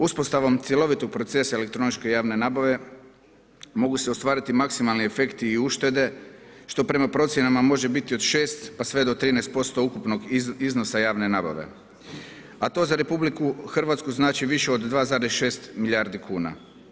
Uspostavom cjelovitog procesa elektroničke javne nabave mogu se ostvariti maksimalni efekti i uštede što prema procjenama može biti od 6 pa sve do 13% ukupnog iznosa javne nabave, a to za RH znači više od 2,6 milijardi kuna.